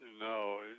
No